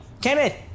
Kenneth